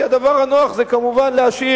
כי הדבר הנוח זה כמובן להשאיר.